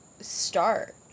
start